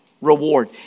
reward